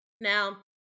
Now